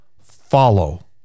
Follow